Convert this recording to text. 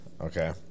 Okay